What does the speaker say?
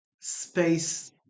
space